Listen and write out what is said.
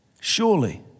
Surely